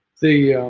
the